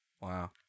Wow